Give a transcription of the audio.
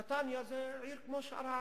זו עיר כמו כל שאר הערים.